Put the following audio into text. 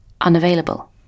unavailable